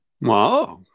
Wow